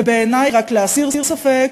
ובעיני, רק להסיר ספק,